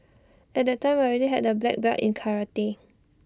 at that time I already had A black belt in karate